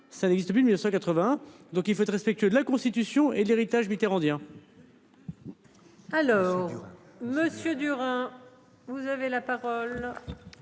Ça n'existe plus de 1980. Donc il faut être respectueux de la Constitution et l'héritage mitterrandien. Alors. Monsieur dur hein. Vous avez la parole.